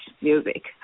music